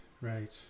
right